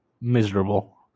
miserable